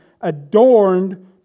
adorned